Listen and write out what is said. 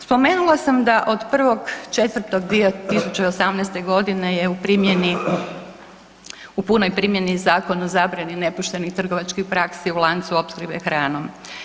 Spomenula sam da od 1.4.2018.g. je u primjeni, u punoj primjeni Zakon o zabrani nepoštenih trgovačkih praksi u lancu opskrbe hranom.